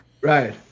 right